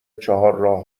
چهارراه